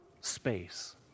space